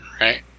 right